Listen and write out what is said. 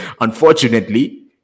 unfortunately